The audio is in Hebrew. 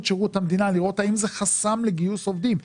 שירות המדינה לראות האם זה חסם לגיוס עובדים,